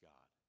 God